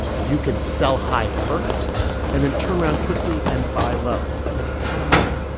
you can sell high first and then turn around quickly and buy low, make a ton of money.